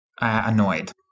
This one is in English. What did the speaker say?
annoyed